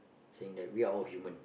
saying that we are all human